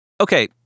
Okay